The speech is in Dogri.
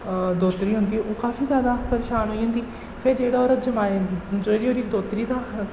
दोह्तरी होंदी ओह् काफी जैदा परेशान होई जंदी फेर जेह्ड़ा ओह्दा जोआई जेह्ड़ी ओह्दी दोह्तरी दा